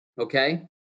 okay